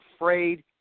afraid